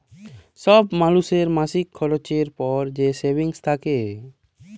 ছব মালুসের মাসিক খরচের পর যে সেভিংস থ্যাকে